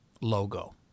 logo